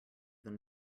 than